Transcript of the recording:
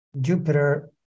Jupiter